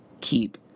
keep